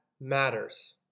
matters